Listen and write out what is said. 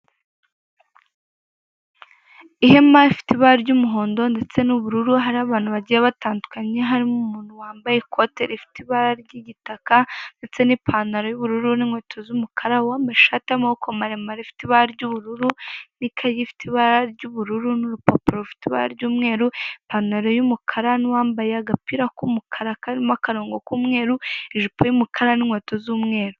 Moto iparitse iri mubwoko bwa savenisenke mu ibara ry'umutuku ihetse iki bogisi cy'icyatsi cyanditseho vuba, hahagaze umugabo wambaye ipantaro y'ikoboyi afite amverope ari gushyiramo.